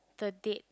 the dead